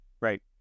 Right